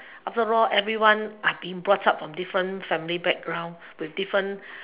after all everyone are being brought up from different family background with different